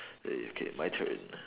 eh okay my turn